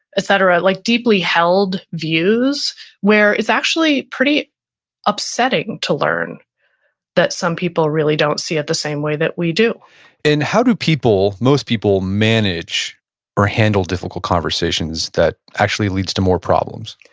etc. like deeply held views where it's actually pretty upsetting to learn that some people really don't see it the same way that we do and how do people, most people manage or handle difficult conversations that actually leads to more problems?